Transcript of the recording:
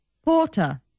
Porter